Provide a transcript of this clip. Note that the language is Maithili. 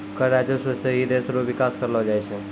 कर राजस्व सं ही देस रो बिकास करलो जाय छै